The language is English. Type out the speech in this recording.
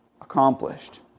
accomplished